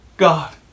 God